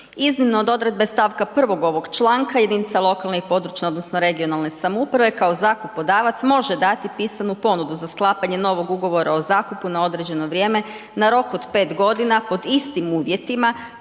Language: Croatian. iznimno od odredbe st. 1. ovog članka jedinica lokalne i područne odnosno regionalne samouprave kao zakupodavac može dati pisanu ponudu za sklapanje novog Ugovora o zakupu na određeno vrijeme na rok od 5.g. pod istim uvjetima